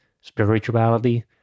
spirituality